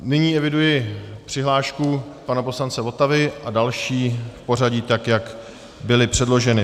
Nyní eviduji přihlášku pana poslance Votavy a další v pořadí, tak jak byly předloženy.